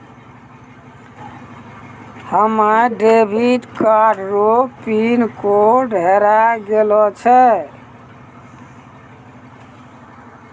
हमे debit card रो pin code हेराय गेलो छै